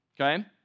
okay